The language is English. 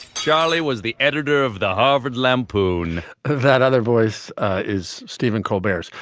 charlie was the editor of the harvard lampoon. that other voice is stephen colbert's.